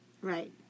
Right